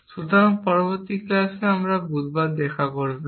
সুতরাং পরবর্তী ক্লাসে যখন আপনি বুধবার দেখা করবেন